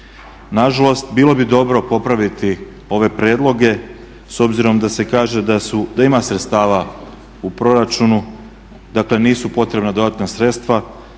Na žalost bilo bi dobro popraviti ove prijedloge s obzirom da se kaže da ima sredstava u proračunu, dakle nisu potrebna dodatna sredstva.